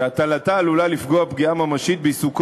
שהטלתה עלולה לפגוע פגיעה ממשית בעיסוקו